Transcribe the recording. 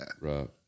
Right